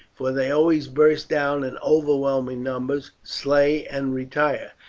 for they always burst down in overwhelming numbers, slay, and retire.